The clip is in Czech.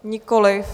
Nikoliv.